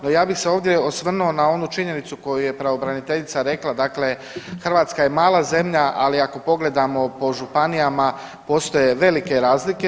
No, ja bih se ovdje osvrnuo na onu činjenicu koju je pravobraniteljica rekla, dakle Hrvatska je mala zemlja, ali ako pogledamo po županijama postoje velike razlike.